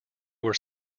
were